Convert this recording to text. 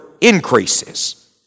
increases